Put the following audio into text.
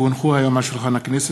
כי הונחו היום על שולחן הכנסת,